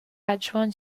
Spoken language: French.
adjoint